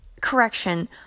correction